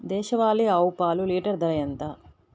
దేశవాలీ ఆవు పాలు లీటరు ధర ఎంత?